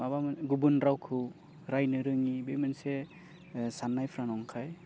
माबा मोन गुबुन रावखौ रायनो रोङि बे मोनसे सान्नायफ्रा नंखाय